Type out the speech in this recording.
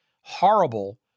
horrible